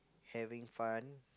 having fun